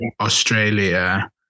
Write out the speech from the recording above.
Australia